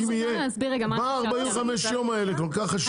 מה ה-45 יום האלה כל כך חשובים?